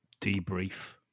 debrief